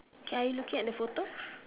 are you looking at the photo